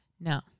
no